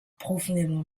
profondément